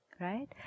right